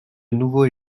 nouveau